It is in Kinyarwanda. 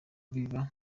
biba